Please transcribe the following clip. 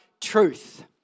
truth